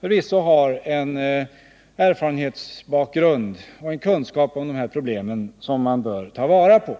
förvisso har erfarenhet och kunskaper som man bör ta vara på.